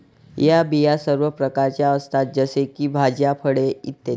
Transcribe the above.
या बिया सर्व प्रकारच्या असतात जसे की भाज्या, फळे इ